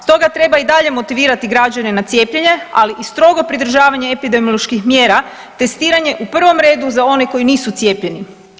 Stoga treba i dalje motivirati građane na cijepljenje, ali i strogo pridržavanje epidemioloških mjera, testiranje u prvom redu za one koji nisu cijepljeni.